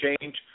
change